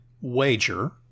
wager